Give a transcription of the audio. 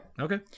Okay